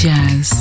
Jazz